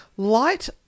Light